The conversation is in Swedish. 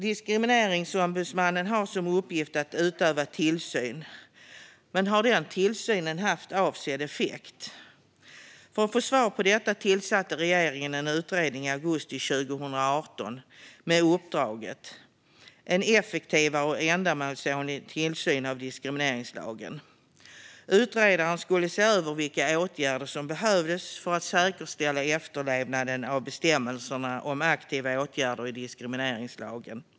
Diskrimineringsombudsmannen har som uppgift att utöva tillsyn. Men har den tillsynen haft avsedd effekt? För att få svar på detta tillsatte regeringen en utredning i augusti 2018 med uppdraget att utreda en effektivare och ändamålsenlig tillsyn över diskrimineringslagen. Utredaren skulle se över vilka åtgärder som behövdes för att säkerställa efterlevnaden av bestämmelserna om aktiva åtgärder i diskrimineringslagen.